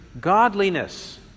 godliness